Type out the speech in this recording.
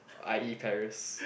I_E Paris